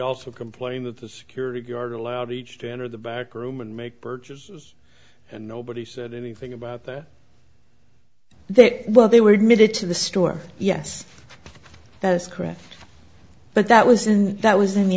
also complained that the security guard allowed each to enter the back room and make purchases and nobody said anything about that that while they were admitted to the store yes that's correct but that was and that was in the